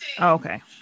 Okay